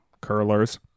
curlers